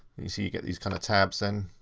you see you get these kinda tabs, and